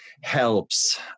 helps